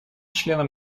членам